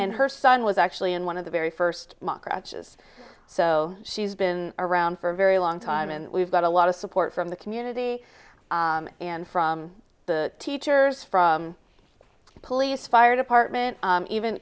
and her son was actually in one of the very first so she's been around for a very long time and we've got a lot of support from the community and from the teachers police fire department even